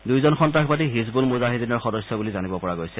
দুয়োজন সন্ত্ৰাসবাদী হিজবুল মুজাহিদীনৰ সদস্য বুলি জানিব পৰা গৈছে